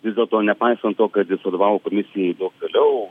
vis dėlto nepaisant to kad jis vadovavo komisijai daug vėliau